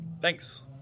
Thanks